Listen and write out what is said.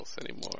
anymore